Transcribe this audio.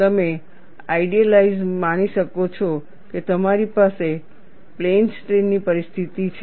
તમે આઇડીયલાઇઝ માની શકો છો કે તમારી પાસે પ્લેન સ્ટ્રેઇન ની પરિસ્થિતિ છે